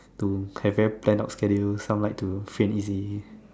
to have very planned out schedule some like to free and easy